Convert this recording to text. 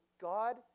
God